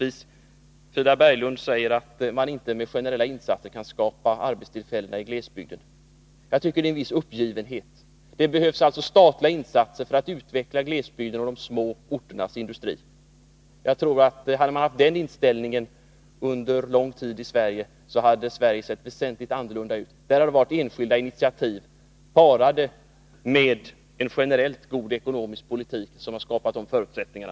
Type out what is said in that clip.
Frida Berglund säger att man inte med generella insatser kan skapa arbetstillfällen i glesbygden. Jag vill då avslutningsvis säga att jag tycker att det ligger en viss uppgivenhet bakom ett sådant uttalande. Det behövs alltså statliga insatser för att utveckla näringslivet i glesbygden och de små orternas industri. Jag tror att om man under lång tid haft den inställningen här i Sverige, skulle vårt land ha sett väsentligt annorlunda ut. Det har varit enskilda initiativ, parade med en generellt god ekonomisk politik, som här har skapat förutsättningarna.